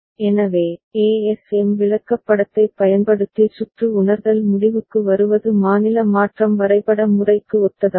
எனவே ASM விளக்கப்படத்தைப் பயன்படுத்தி சுற்று உணர்தல் முடிவுக்கு வருவது மாநில மாற்றம் வரைபட முறைக்கு ஒத்ததாகும்